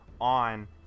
on